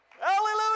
Hallelujah